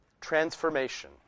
transformation